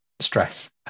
stress